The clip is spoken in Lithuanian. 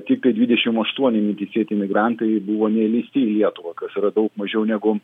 tiktai dvidešim aštuoni neteisėti migrantai buvo neįleisti į lietuvą kas yra daug mažiau negu